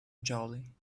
jolly